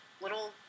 little